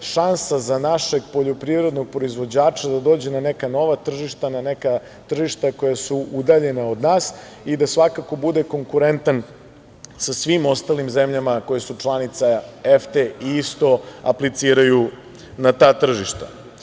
šansa za našeg poljoprivrednog proizvođača da dođe na neka nova tržišta, na neka tržišta koja su udaljena od nas i da svakako bude konkurentan sa svim ostalim zemljama koje su članice EFTA i isto apliciraju na ta tržišta.